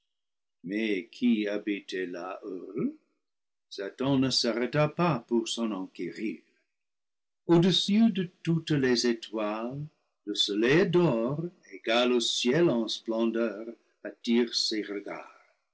mais qui habitait là heureux satan ne s'arrêta pas pour s'en enquérir au-dessus de toutes les étoiles le soleil d'or égal au ciel en splendeur attire ses regards